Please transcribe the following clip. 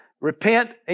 Repent